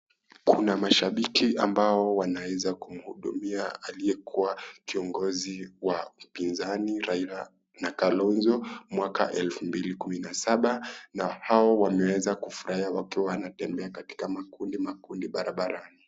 Kuna mashabiki ambao wanaeza kumhudumia aliyekua kiongozi wa upinzani Raila na kalonzo mwaka elfu mbili kumi na saba na hao wameeza kufurahia wakitembea katika makundi makundi barabarani.